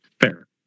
Fair